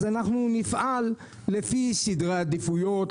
אנחנו נפעל לפי סדרי עדיפויות,